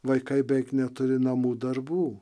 vaikai beveik neturi namų darbų